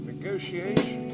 Negotiation